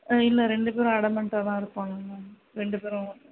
இல்லை ரெண்டு பேரும் அடமெண்டாகதான் இருப்பாங்க மேம் ரெண்டு பேரும்